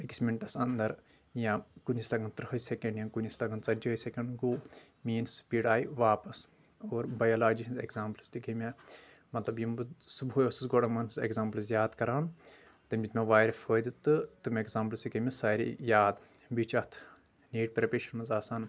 أکِس منٹس انٛدر یا کُنہِ ٲسۍ لگان ترٕٛہے سیٚکنڈ یا کُنہِ ٲسۍ لگان ژتجی ہے سیٚکنڈ گوٚو میٲنۍ سپیٖڈ آیہِ واپس اور بیولاجی ہنٛز ایٚگزامپٕلٕز تہِ گٔے مےٚ مطلب یِم بہٕ صبحٲے اوسُس گۄڑٕ أمن ہٕنٛز ایٚگزامپٕلٕز یاد کران تٔمۍ دیُت مےٚ واریاہ فٲیِدٕ تہٕ تِم ایٚگزامپٕلٕز تہِ گٔےٖ مےٚ سارے یاد بییٚہِ چھِ اتھ نیٖٹ پریپریشنس آسان